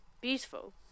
beautiful